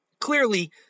clearly